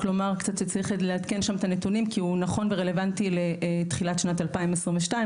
צריך לעדכן שם את הנתונים כי הוא נכון ורלוונטי לתחילת שנת 2022,